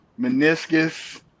meniscus